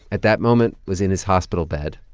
at that moment, was in his hospital bed.